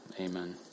Amen